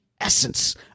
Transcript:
essence